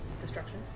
destruction